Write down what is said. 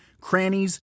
crannies